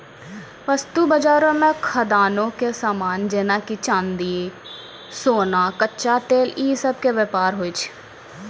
वस्तु बजारो मे खदानो के समान जेना कि सोना, चांदी, कच्चा तेल इ सभ के व्यापार होय छै